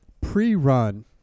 Pre-run